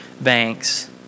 banks